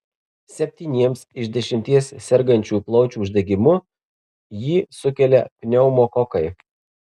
septyniems iš dešimties sergančiųjų plaučių uždegimu jį sukelia pneumokokai